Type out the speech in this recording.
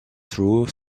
through